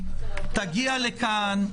תגיע לכאן,